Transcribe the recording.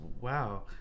wow